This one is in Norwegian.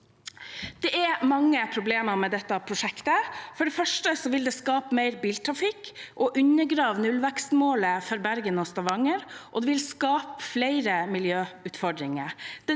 Det er mange problemer med dette prosjektet. For det første vil det skape mer biltrafikk og undergrave nullvekstmålet for Bergen og Stavanger, og det vil skape flere miljøutfordringer.